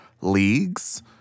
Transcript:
leagues